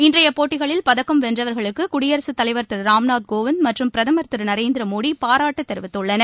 இன்றையபோட்டிகளில் பதக்கம் வென்றவர்களுக்குகுடியரசுத் தலைவர் திருராம்நாத் கோவிந்த் மற்றும் பிரதமர் திருநரேந்திரமோடிபாராட்டுத் தெரிவித்துள்ளனர்